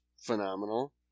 phenomenal